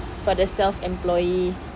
for the self employee